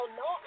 no